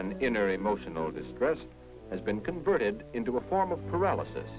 and inner emotional distress has been converted into a form of paralysis